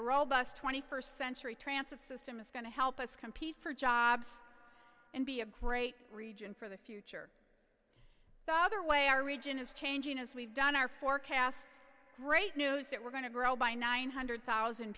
a robust twenty first century transit system is going to help us compete for jobs and be a great region for the future father way our region is changing as we've done our forecasts great news that we're going to grow by nine hundred